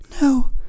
No